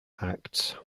acts